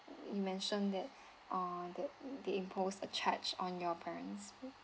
you mentioned that uh that they imposed a charge on your parents please